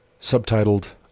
subtitled